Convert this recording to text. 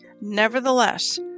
Nevertheless